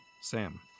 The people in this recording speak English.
Sam